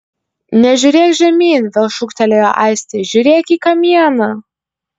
nežiūrėk žemyn vėl šūktelėjo aistė žiūrėk į kamieną